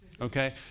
Okay